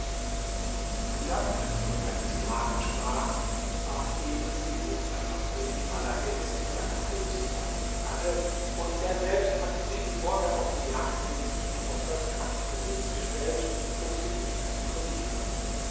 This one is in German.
die lampe von der die sklavin sprach war eben die wunderlampe die alaeddin zu seiner größe verholfen hatte und er selbst hatte sie bevor er auf die jagd ging auf das kranzgesims gestellt um sie nicht zu verlieren